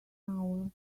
hour